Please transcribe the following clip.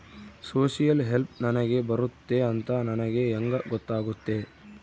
Social help ನನಗೆ ಬರುತ್ತೆ ಅಂತ ನನಗೆ ಹೆಂಗ ಗೊತ್ತಾಗುತ್ತೆ?